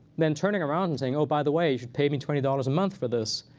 then turning around and saying, oh, by the way, you should pay me twenty dollars a month for this,